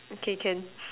okay can